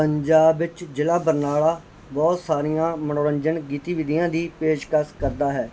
ਪੰਜਾਬ ਵਿੱਚ ਜ਼ਿਲ੍ਹਾ ਬਰਨਾਲਾ ਬਹੁਤ ਸਾਰੀਆਂ ਮਨੋਰੰਜਕ ਗਤੀਵਿਧੀਆਂ ਦੀ ਪੇਸ਼ਕਸ਼ ਕਰਦਾ ਹੈ